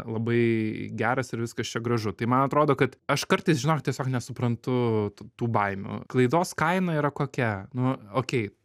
labai geras ir viskas čia gražu man atrodo kad aš kartais žinok tiesiog nesuprantu tų tų baimių klaidos kaina yra kokia nu okei